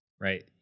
right